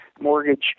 mortgage